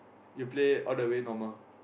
you play all the way normal